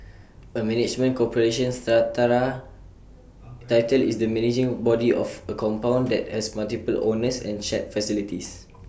A management corporation strata title is the managing body of A compound that has multiple owners and shared facilities